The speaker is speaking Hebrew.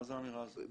מה זו האמירה הזאת?